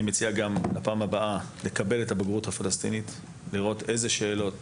אני מציע בפעם הבאה לקבל את הבגרות הפלסטינית ולראות אילו שאלות